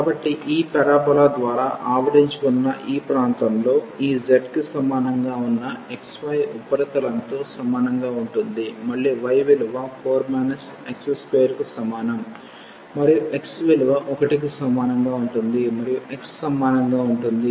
కాబట్టి ఈ పారాబొలా ద్వారా ఆవరించి ఉన్న ఈ ప్రాంతంలో ఈ z కి సమానంగా వున్న x y ఉపరితలంతో సమానంగా ఉంటుంది మళ్లీ y విలువ 4 x2 కు సమానం మరియు x విలువ 1 కి సమానంగా ఉంటుంది మరియు x సమానంగా ఉంటుంది